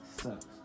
sucks